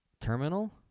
terminal